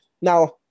Now